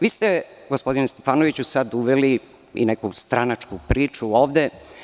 Vi ste, gospodine Stefanoviću, sada uveli i neku stranačku priču ovde.